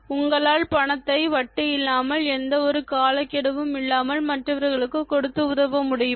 உங்களால் பணத்தை வட்டி இல்லாமல் எந்த ஒரு காலக் கெடுவும் இல்லாமல் மற்றவர்களுக்கு கொடுத்து உதவ முடியுமா